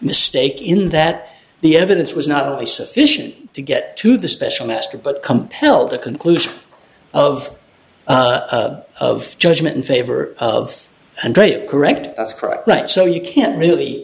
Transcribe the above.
mistake in that the evidence was not only sufficient to get to the special master but compel the conclusion of of judgment in favor of and correct that's correct right so you can't really